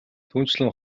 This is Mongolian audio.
түүнчлэн